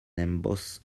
ambos